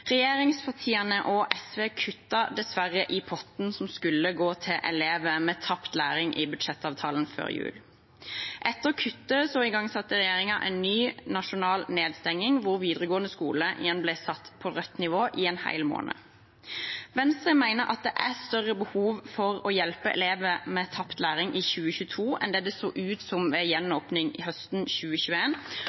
Regjeringspartiene og SV kuttet dessverre i potten som skulle gå til elever med tapt læring, i budsjettavtalen før jul. Etter kuttet igangsatte regjeringen en ny nasjonal nedstengning, hvor videregående skoler igjen ble satt på rødt nivå, i en hel måned. Venstre mener at det er større behov for å hjelpe elever med tapt læring i 2022 enn det det så ut som ved gjenåpning høsten